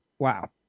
Wow